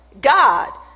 God